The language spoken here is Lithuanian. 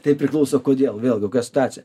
tai priklauso kodėl vėlgi kokia situacija